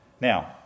Now